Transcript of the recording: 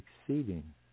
exceeding